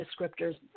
descriptors